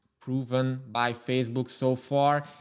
proven by facebook so far.